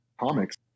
comics